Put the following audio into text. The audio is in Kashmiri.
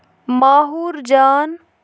ماہوٗر جان